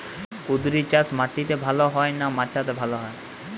কুঁদরি চাষ মাটিতে ভালো হয় না মাচাতে ভালো হয়?